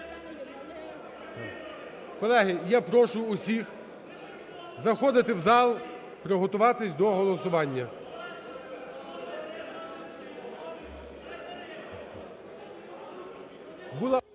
Колеги, я прошу усіх заходити в зал, приготуватися до голосування…